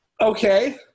Okay